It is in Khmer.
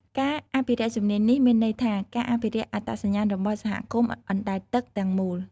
ការអភិរក្សជំនាញនេះមានន័យថាការអភិរក្សអត្តសញ្ញាណរបស់សហគមន៍អណ្តែតទឹកទាំងមូល។